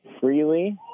freely